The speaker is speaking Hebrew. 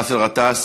באסל גטאס,